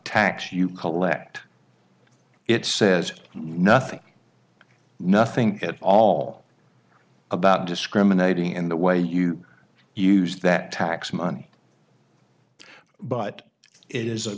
tax you collect it says nothing nothing at all about discriminating in the way you use that tax money but it is a